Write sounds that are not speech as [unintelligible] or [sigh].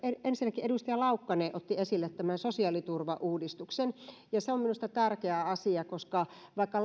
ensinnäkin edustaja laukkanen otti esille tämän sosiaaliturvauudistuksen ja se on minusta tärkeä asia koska lapsilisärjestelmällä vaikka [unintelligible]